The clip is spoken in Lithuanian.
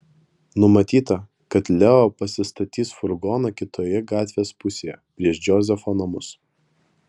numatyta kad leo pasistatys furgoną kitoje gatvės pusėje prieš džozefo namus